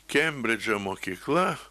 kembridžo mokykla